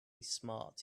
smart